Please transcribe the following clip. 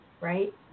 right